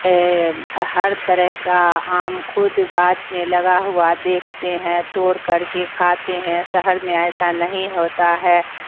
ہر طرح کا آم خود گاچھ میں لگا ہوا دیکھتے ہیں توڑ کر کے کھاتے ہیں شہر میں ایسا نہیں ہوتا ہے